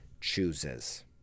chooses